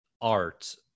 art